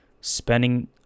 spending